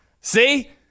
see